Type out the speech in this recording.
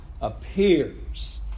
appears